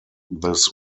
this